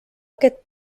aquest